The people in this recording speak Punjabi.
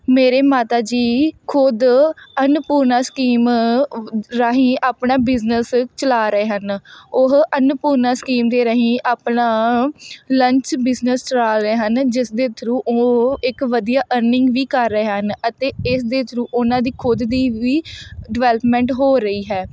ਮੇਰੇ ਮਾਤਾ ਜੀ ਖੁਦ ਅੰਨਪੂਰਣਾ ਸਕੀਮ ਰਾਹੀਂ ਆਪਣਾ ਬਿਜਨਸ ਚਲਾ ਰਹੇ ਹਨ ਉਹ ਅੰਨਪੂਰਣਾ ਸਕੀਮ ਦੇ ਰਾਹੀਂ ਆਪਣਾ ਲੰਚ ਬਿਜਨਸ ਚਲਾ ਰਹੇ ਹਨ ਜਿਸ ਦੇ ਥਰੂ ਉਹ ਇੱਕ ਵਧੀਆ ਅਰਨਿੰਗ ਵੀ ਕਰ ਰਹੇ ਹਨ ਅਤੇ ਇਸ ਦੇ ਥਰੂ ਉਹਨਾਂ ਦੀ ਖੁਦ ਦੀ ਵੀ ਡਿਵੈਲਪਮੈਂਟ ਹੋ ਰਹੀ ਹੈ